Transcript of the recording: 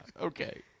Okay